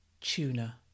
tuna